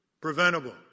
Preventable